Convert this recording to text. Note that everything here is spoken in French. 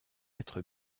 être